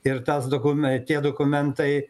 ir tas dokum tie dokumentai